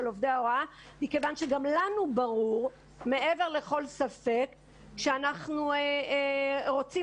עובדי ההוראה מכיוון שגם לנו ברור מעבר לכל ספק שאנחנו רוצים